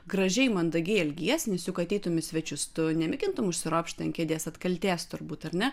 gražiai mandagiai elgiesi nes juk ateitum į svečius tu nemėgintum užsiropšti ant kėdės atkaltės turbūt ar ne